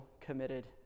committed